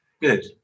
good